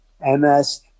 MS